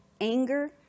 anger